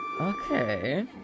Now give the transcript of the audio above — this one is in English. Okay